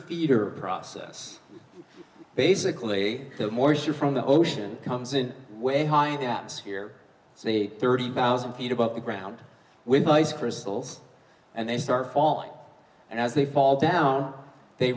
feeder process basically the moisture from the ocean comes in way high that is here say thirty thousand feet above the ground with ice crystals and they start falling and as they fall down they